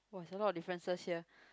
oh there's a lot of differences here